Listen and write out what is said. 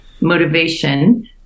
motivation